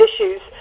issues